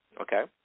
Okay